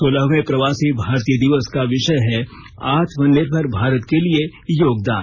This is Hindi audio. सोलहवें प्रवासी भारतीय दिवस का विषय है आत्मनिर्भर भारत के लिए योगदान